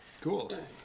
cool